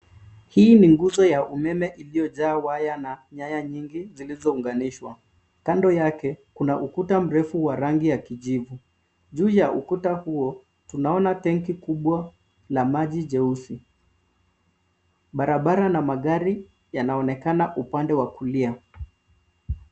Hii ni nguzo ya umeme iliyojaa waya na nyaya nyingi zozlizounganishwa kando yake kuna ukuta mrefu ya rangi ya kijivu. Juu ya ukuta huo tunaona tenki kubwa na maji jeusi. Barabara na magari yanaonekana upande wa kulia.